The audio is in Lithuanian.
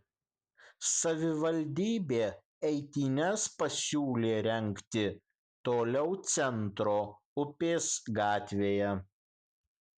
savivaldybė eitynes pasiūlė rengti toliau centro upės gatvėje